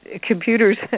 computers